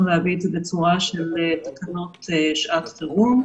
להביא את זה בצורה של תקנות שעת חירום.